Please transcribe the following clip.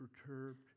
perturbed